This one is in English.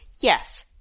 yes